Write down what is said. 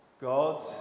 God